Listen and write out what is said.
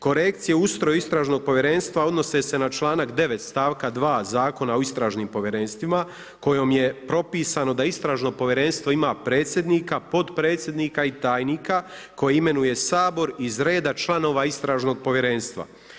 Korekcije i ustroj istražnog povjerenstva odnose se na članak 9. stavka 2. Zakona o istražnim povjerenstvima kojom je propisano da istražno povjerenstvo ima predsjednika, potpredsjednika i tajnika koje imenuje Sabor iz reda članova istražnog povjerenstva.